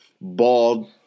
bald